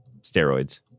steroids